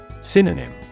Synonym